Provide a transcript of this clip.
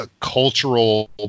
cultural